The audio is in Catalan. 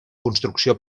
construcció